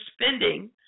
spending